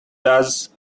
does